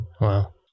Wow